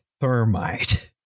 thermite